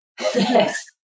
Yes